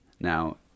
Now